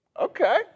okay